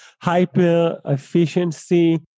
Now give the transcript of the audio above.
hyper-efficiency